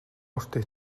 өөртөө